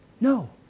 No